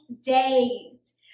days